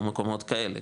או מקומות כאלה,